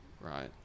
right